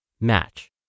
Match